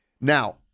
Now